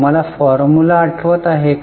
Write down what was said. तुम्हाला फॉर्म्युला आठवत आहे का